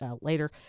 later